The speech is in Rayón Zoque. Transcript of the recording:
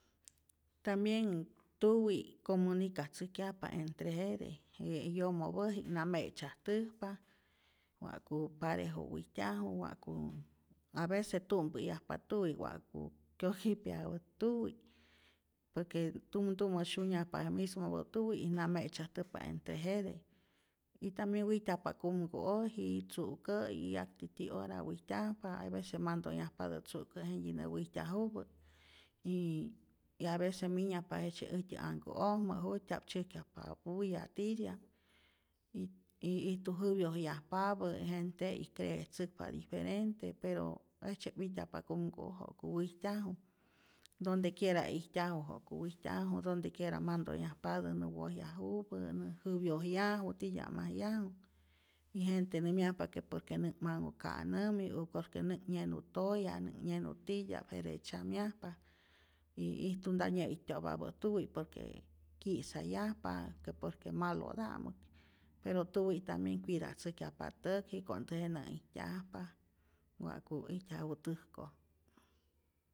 Tambien tuwi comunikatzäjkyajpa entre jete, je yomopäji'k na me'tzyajtäjpa wa'ku parejo wijtyaju, wa'ku avece tu'mpäyajpa tuwi wa'ku kyokijpyaju tuwi por que tumtumä syunyajpa je mismopä tuwi' y na me'tzyajtäjpa entre jete y tambien wijtyajpa kumku'ojtyi, tzu'kä'yi yakti ti'ora wijtyajpa, hay vece mantonhyajpatä tzu'kä' jentyi nä wijtyajupä y avece minyajpa jejtzye äjtyä anhkä'ojmä jut'tya'p tzyäjkyajpa bulla titya' y ijtu jäwyojyajpapä, gente'i creetzäkpa diferente, pero jejtzye'p wijtyajpa kumku'o ja'ku wijtyaju, donde quiera ijtyaju ja'ku wijtyaju, donde quiera mantonhyajpatä nä wojyajupä, nä jäwyojyaju titya'majyaju, y gente nämyajpa que por que nä'k manhu ka'nämi u por que nä'k nyenu toya, nä'k nyenu titya'p jete tzyamyajpa, y ijtu nta nyä'it'tyo'papä' tuwi por que kyi'sayajpa que por que malota'mä, pero tuwi tambien cuidatzäjkyajpa täk jiko'nteje nä'ijtyajpa wa'ku ijtyajupä täjkoj